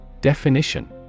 Definition